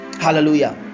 Hallelujah